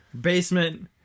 basement